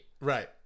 Right